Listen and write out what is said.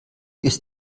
ist